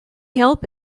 help